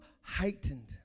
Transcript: heightened